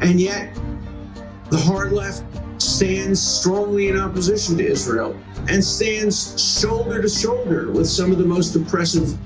and yet the hard left stands strongly in opposition to israel and stands shoulder to shoulder with some of the most oppressive